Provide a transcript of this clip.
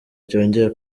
cyongeye